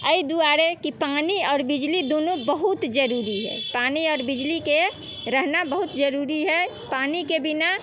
एहि दुआरे कि पानि आओर बिजली दूनू बहुत जरूरी हइ पानि आओर बिजलीके रहना बहुत जरूरी हइ पानिके बिना